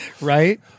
Right